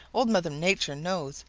old mother nature knows,